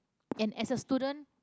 and as a student